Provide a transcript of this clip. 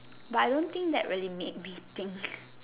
but I don't think that really make me think